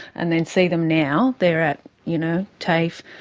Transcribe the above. and then see them now, they are at you know tafe,